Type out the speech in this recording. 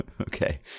Okay